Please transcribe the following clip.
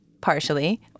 partially